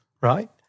right